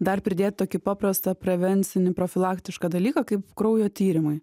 dar pridėt tokį paprastą prevencinį profilaktišką dalyką kaip kraujo tyrimai